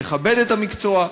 יכבד את המקצוע,